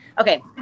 Okay